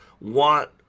want